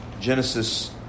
Genesis